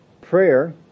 Prayer